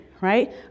right